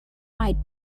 might